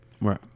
Right